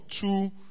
two